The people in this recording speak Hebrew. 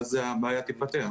ואז הבעיה תיפתר.